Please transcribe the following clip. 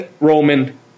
roman